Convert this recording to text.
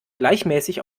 gleichmäßig